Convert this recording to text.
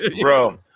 Bro